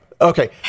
Okay